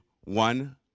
one